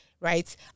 right